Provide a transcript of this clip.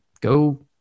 go